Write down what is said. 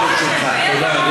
שאלה, תשובה.